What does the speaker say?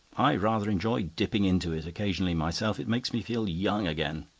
i rather enjoy dipping into it occasionally myself it makes me feel young again.